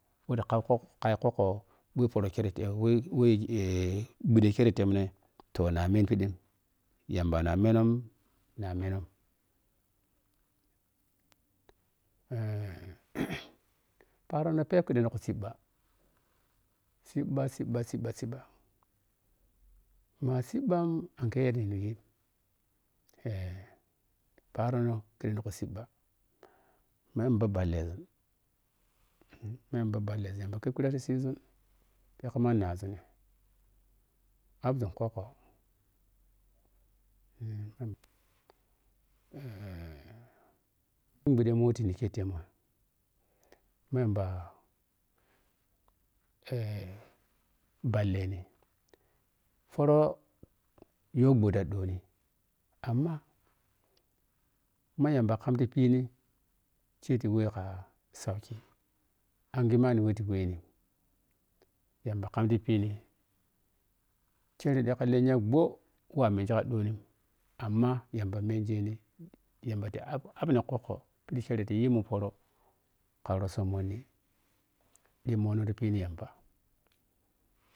Wote ka khokk kai kwukko pooro kire ta wewe eh ɓhuɗe kire te mine toh ne men phidi yamba no amennog namennag eh paarono phep kuɗunti ku siiɓa siiɓa siiɓa siiɓa siiɓa ma siiɓa angue yaddawenayi eh paaro no kudun tik u siiɓɓa ma yamba ɓhallezun ma yamba ɓhallezun yamba khep kira ti kuzun phep ka ma naazun appzun khukko eh mun ɓhude mun weti nike temo ma yamba eh ɓhalleni foro yo ɓho ɗoni amma ma yamun kam ti phidini siti we ka gauki anghe manni we ta we ni yamba ka bi phini kere ɗi ka len ya ɓho we amengi ka ɗon, amma yamba menjeni gambata app appn khukko we kere ta yi mun poora ka rotso monni ɗiminni ti phini yamba.